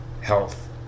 health